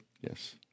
Yes